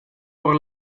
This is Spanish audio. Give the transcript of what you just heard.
por